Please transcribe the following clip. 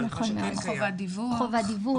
חובת דיווח,